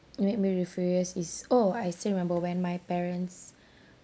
make me really furious is oh I still remember when my parents